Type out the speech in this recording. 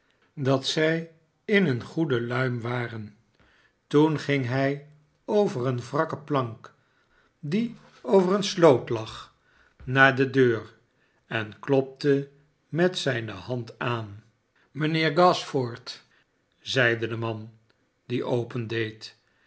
dat zij in eene goede mm waren toen ging hij over eene wrakke plank die over eene sloot lag naar de deur en klopte met zijne hand aan mijnheer gashford zeide de man die opendeed